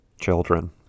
children